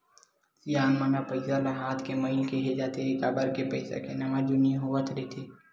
सियान मन ह पइसा ल हाथ के मइल केहें जाथे, काबर के पइसा के नवा जुनी होवत रहिथे